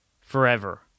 forever